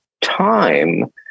time